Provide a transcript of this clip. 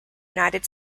united